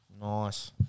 Nice